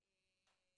חביבים באמת מבחינתי.